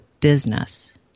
business